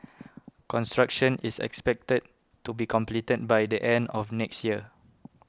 construction is expected to be completed by the end of next year